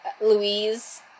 Louise